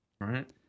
right